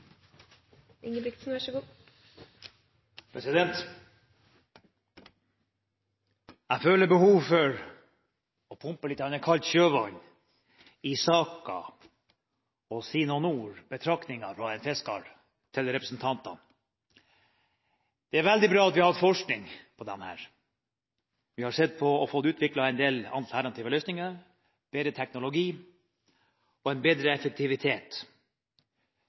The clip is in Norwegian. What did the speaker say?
Jeg føler behov for å pumpe litt kaldt sjøvann inn i saken og si noen ord, komme med noen betraktninger – fra en fisker til representantene. Det er veldig bra at vi har forskning på dette. Vi har sett på og fått utviklet en del alternative løsninger, vi har fått bedre teknologi og bedre effektivitet.